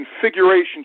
configuration